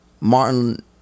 Martin